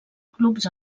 clubs